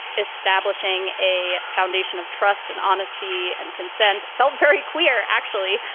establishing a foundation of trust and honesty and consent felt very queer, actually,